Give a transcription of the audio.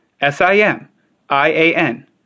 S-I-M-I-A-N